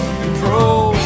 control